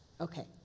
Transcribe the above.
Okay